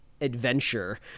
adventure